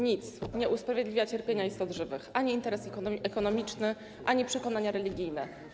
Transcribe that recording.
Nic nie usprawiedliwia cierpienia istot żywych: ani interesy ekonomiczne, ani przekonania religijne.